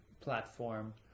platform